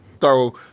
throw